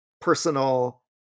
personal